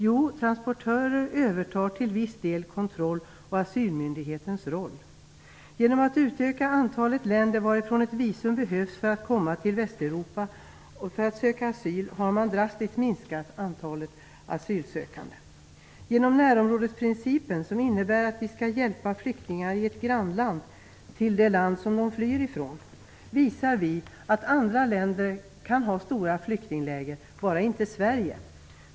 Jo, transportörer övertar en viss del av kontroll och asylmyndighetens roll. Genom att utöka antalet länder varifrån ett visum behövs för att komma till Västeuropa för att söka asyl har man drastiskt minskat antalet asylsökande. Genom närområdesprincipen, som innebär att vi skall hjälpa flyktingar i ett grannland till det land som de flyr ifrån, visar vi att andra länder kan ha stora flyktingläger, bara inte Sverige.